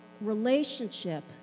relationship